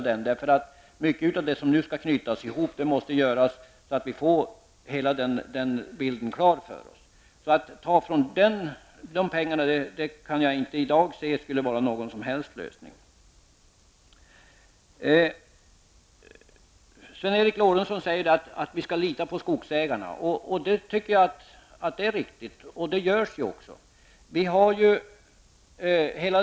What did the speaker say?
Det är mycket som nu måste knytas ihop, så att vi får hela bilden klar för oss. Att ta från dessa pengar skulle inte, såvitt jag kan se, vara någon som helst lösning. Sven Eric Lorentzon säger att vi skall lita på skogsägarna. Det tycker jag är riktigt, och det gör vi också.